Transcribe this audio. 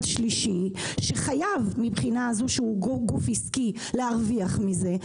שלישי שחייב מבחינה זו שהוא גוף עסקי להרוויח מזה,